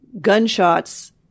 gunshots